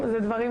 חדשות,